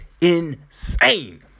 insane